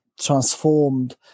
transformed